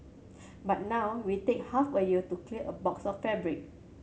but now we take half a year to clear a box of fabric